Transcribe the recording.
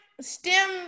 STEM